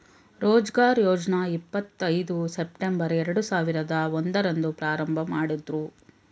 ರೋಜ್ಗಾರ್ ಯೋಜ್ನ ಇಪ್ಪತ್ ಐದು ಸೆಪ್ಟಂಬರ್ ಎರಡು ಸಾವಿರದ ಒಂದು ರಂದು ಪ್ರಾರಂಭಮಾಡುದ್ರು